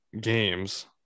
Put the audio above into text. games